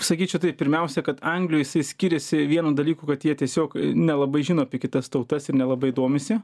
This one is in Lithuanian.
sakyčiau taip pirmiausia kad anglijoj jisai skiriasi vienu dalyku kad jie tiesiog nelabai žino apie kitas tautas ir nelabai domisi